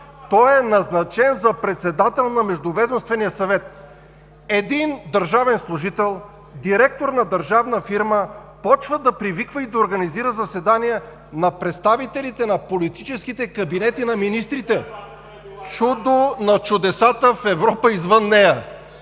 той е назначен за председател на Междуведомствения съвет. Един държавен служител, директор на държавна фирма почва да привиква и да организира заседания на представителите на политическите кабинети на министрите. Чудо на чудесата в Европа и извън нея!